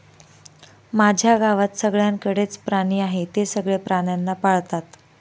माझ्या गावात सगळ्यांकडे च प्राणी आहे, ते सगळे प्राण्यांना पाळतात